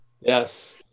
Yes